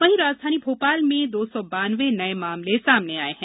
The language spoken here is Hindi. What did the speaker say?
वहीं राजधानी भोपाल में दो सौ बान्नवे नये मामले सामने आये हैं